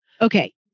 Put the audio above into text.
Okay